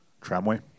tramway